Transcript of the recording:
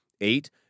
Eight